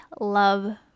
love